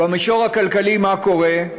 ובמישור הכלכלי מה קורה?